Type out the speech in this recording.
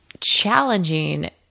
challenging